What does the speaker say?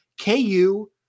KU